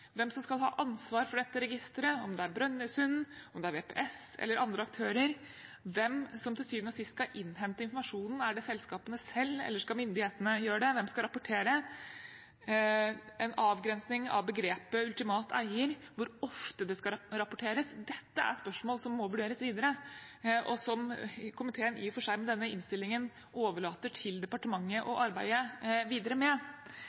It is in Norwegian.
hvem som skal ha ansvar for dette registeret, om det er Brønnøysundregistrene, om det er VPS eller andre aktører – hvem som til syvende og sist skal innhente informasjonen – er det selskapene selv, eller skal myndighetene gjøre det, hvem skal rapportere det, en avgrensning av begrepet «ultimat eier», hvor ofte skal det rapporteres – dette er spørsmål som må vurderes videre, og som komiteen i og for seg med denne innstillingen overlater til departementet å arbeide videre med.